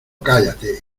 cállate